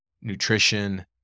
nutrition